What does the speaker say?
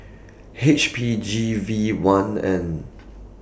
H P G V one N